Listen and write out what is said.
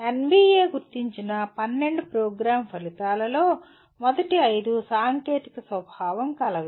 NBA గుర్తించిన 12 programme ఫలితాల్లో మొదటి 5 సాంకేతిక స్వభావంగలవి